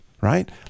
right